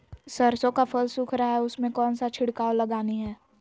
सरसो का फल सुख रहा है उसमें कौन सा छिड़काव लगानी है?